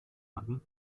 hatten